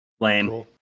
lame